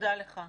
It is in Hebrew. תודה לך.